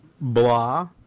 blah